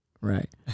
right